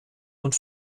und